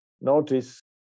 Notice